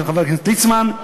של חבר הכנסת ליצמן,